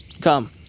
Come